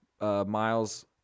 miles